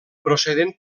procedent